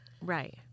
Right